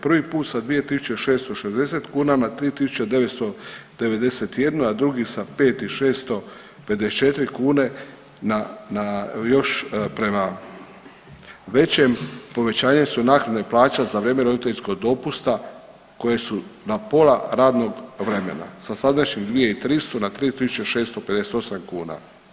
Prvi put sa 2.660 kuna na 3.991, a drugi sa 5.654 na, na još prema većem povećanje su naknade plaća za vrijeme roditeljskog dopusta koje su na pola radnog vremena sa sadašnjih 2.300 na 3.658 kuna.